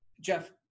Jeff